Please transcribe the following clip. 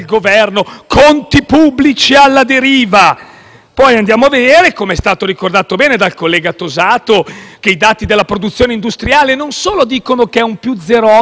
Vogliamo parlare della borsa?